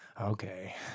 okay